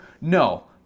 No